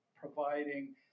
providing